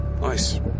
Nice